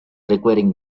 requiring